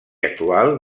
actual